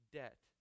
debt